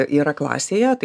yra klasėje tai